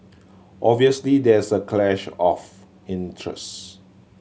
obviously there is a clash of interest